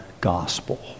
gospel